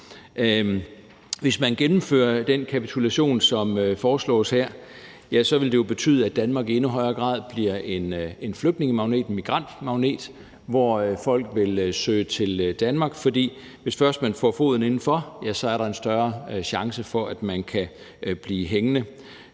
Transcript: Hvis man gennemfører den kapitulation, som foreslås her, så vil det jo betyde, at Danmark i endnu højere grad bliver en flygtningemagnet, en migrantmagnet, og folk vil søge til Danmark, for hvis først man får foden indenfor, er der en større chance for, at man kan blive hængende.